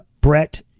Brett